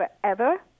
forever